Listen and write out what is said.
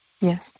Yes